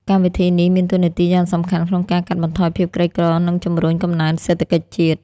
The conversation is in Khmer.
កម្មវិធីនេះមានតួនាទីយ៉ាងសំខាន់ក្នុងការកាត់បន្ថយភាពក្រីក្រ និងជំរុញកំណើនសេដ្ឋកិច្ចជាតិ។